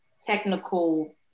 technical